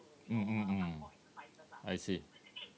mm mm mm I see